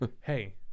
Hey